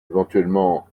éventuellement